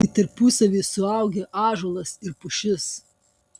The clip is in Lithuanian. tai tarpusavyje suaugę ąžuolas ir pušis